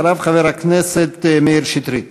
אחריו, חבר הכנסת מאיר שטרית.